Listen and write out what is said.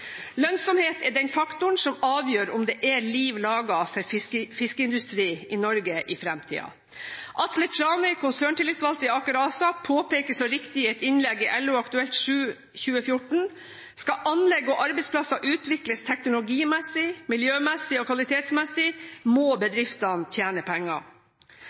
Lønnsomhet er den faktoren som avgjør om det er liv laga for fiskeindustri i Norge i fremtiden. Atle Tranøy, konserntillitsvalgt i Aker ASA, påpeker så riktig i et innlegg i LO-Aktuelt 7-2014: «Skal anlegg og arbeidsplassar utviklast teknologi-, miljø- og kvalitetsmessig må